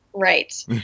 Right